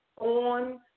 on